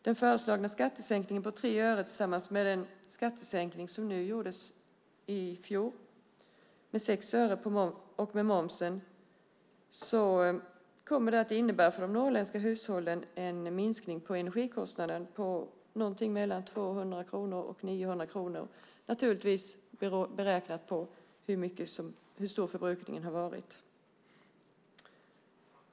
Den föreslagna skattesänkningen på 3 öre tillsammans med den skattesänkning som nu gjordes i fjol med 6 öre på momsen kommer för de norrländska hushållen att innebära en minskning av energikostnaden på någonstans mellan 200 kronor och 900 kronor. Det är naturligtvis beroende på hur stor förbrukningen har varit.